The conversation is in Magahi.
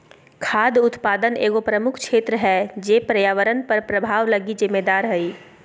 खाद्य उत्पादन एगो प्रमुख क्षेत्र है जे पर्यावरण पर प्रभाव लगी जिम्मेदार हइ